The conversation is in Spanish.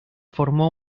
formó